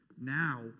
Now